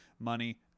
money